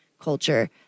culture